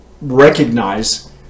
recognize